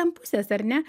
ant pusės ar ne